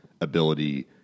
ability